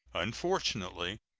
unfortunately,